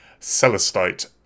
Celestite